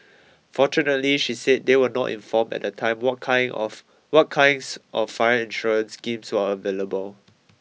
fortunately she said they were not informed at the time what kind of what kinds of fire insurance schemes are available